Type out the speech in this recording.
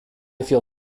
feel